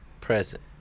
Present